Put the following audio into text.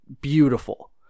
beautiful